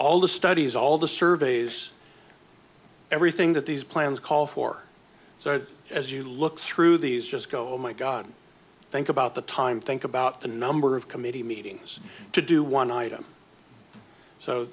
all the studies all the surveys everything that these plans call for so as you look through these just go oh my god think about the time think about the number of committee meetings to do one item so